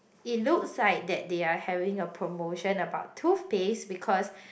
it looks like that they are having a promotion about toothpaste because